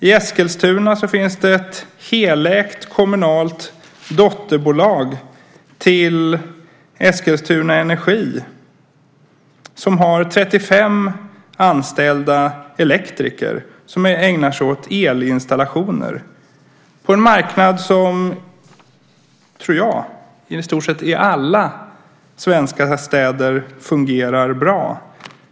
I Eskilstuna finns det ett helägt kommunalt dotterbolag till Eskilstuna Energi som har 35 anställda elektriker som ägnar sig åt elinstallationer. Detta gör man på en marknad som i stort sett i alla svenska städer fungerar bra.